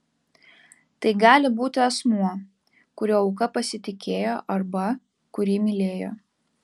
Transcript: tai gali būti asmuo kuriuo auka pasitikėjo arba kurį mylėjo